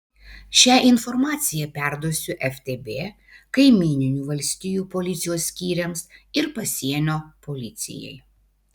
šią informaciją perduosiu ftb kaimyninių valstijų policijos skyriams ir pasienio policijai